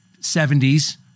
70s